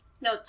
No